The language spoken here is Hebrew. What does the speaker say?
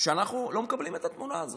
שאנחנו לא מקבלים את התמונה הזאת.